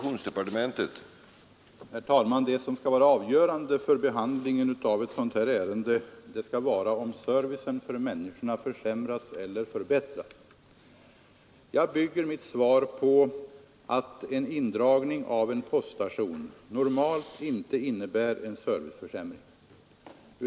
Herr talman! Det avgörande för behandlingen av ett sådant här ärende 17 är om servicen för människorna försämras eller förbättras. Jag bygger mitt svar på att indragning av en poststation normalt inte innebär en serviceförsämring.